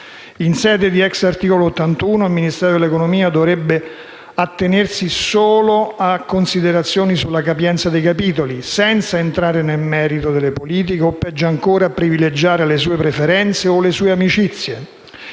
81 della Costituzione, il Ministero dell'economia e delle finanze dovrebbe attenersi solo a considerazioni sulla capienza dei capitoli, senza entrare nel merito delle politiche o - peggio ancora - privilegiare le sue preferenze o le sue amicizie.